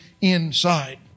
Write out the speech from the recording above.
inside